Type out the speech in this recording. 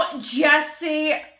Jesse